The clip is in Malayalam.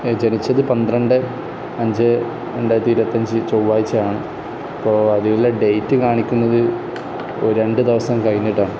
ജനിച്ചത് പന്ത്രണ്ട് അഞ്ച് രണ്ടായിരത്തി ഇരുപത്തി അഞ്ച് ചൊവ്വാഴ്ചയാണ് അപ്പോൾ അതിലുള്ള ഡേറ്റ് കാണിക്കുന്നത് ഒരു രണ്ട് ദിവസം കഴിഞ്ഞിട്ടാണ്